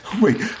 Wait